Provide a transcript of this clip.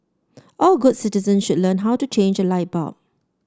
all good citizens should learn how to change a light bulb